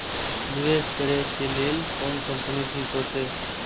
निवेश करे के लेल कोन कंपनी ठीक होते?